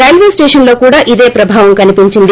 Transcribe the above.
రైల్వేస్టేషన్లో కూడా ఇదే ప్రభావం కనిపించింది